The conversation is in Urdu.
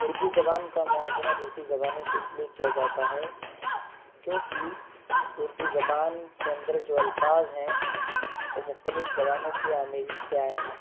اردو زبان کا موازنہ دوسری زبانوں سے اس لیے کیا جاتا ہے کیونکہ اردو زبان کے اندر جو الفاظ ہیں وہ مختلف زبانوں کی آمیزش سے آئے ہیں